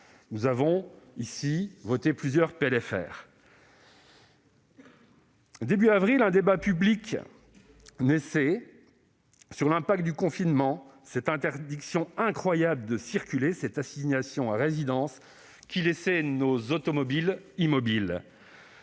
finances rectificative (PLFR). Début avril, un débat public naissait sur l'impact du confinement, cette interdiction incroyable de circuler, cette assignation à résidence qui laissait nos automobiles immobiles.